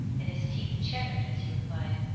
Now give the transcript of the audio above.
and his teeth chattered as he replied,